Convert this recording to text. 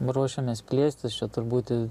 ruošiamės plėstis čia tur būt i